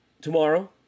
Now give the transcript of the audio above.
Tomorrow